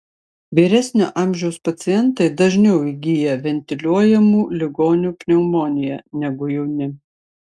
vyresnio amžiaus pacientai dažniau įgyja ventiliuojamų ligonių pneumoniją negu jauni